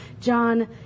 John